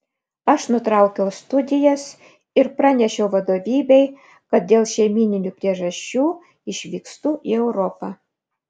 aš nutraukiau studijas ir pranešiau vadovybei kad dėl šeimyninių priežasčių išvykstu į europą